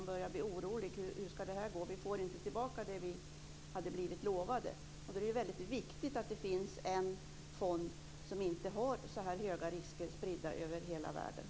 De börjar bli oroliga för hur det ska gå och för att de inte får tillbaka det som de hade blivit lovade. Då är det viktigt att det finns en fond som inte har så höga risker spridda över hela världen.